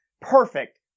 perfect